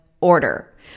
order